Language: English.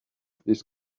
this